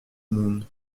monde